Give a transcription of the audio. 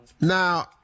now